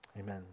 amen